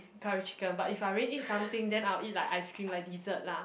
curry chicken but if I already ate something then I'll eat like ice cream like dessert lah